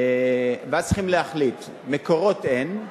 ואז צריך להחליט, מקורות אין,